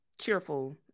cheerful